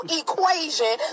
equation